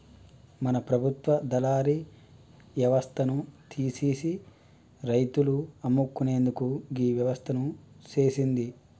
మన ప్రభుత్వ దళారి యవస్థను తీసిసి రైతులు అమ్ముకునేందుకు గీ వ్యవస్థను సేసింది